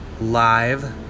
live